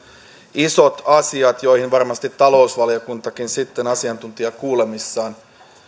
isot asiat joihin varmasti talousvaliokuntakin sitten asiantuntijakuulemisissaan